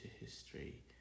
history